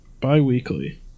bi-weekly